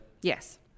Yes